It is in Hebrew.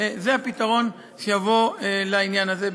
זה הפתרון לעניין הזה,